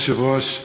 אדוני היושב-ראש,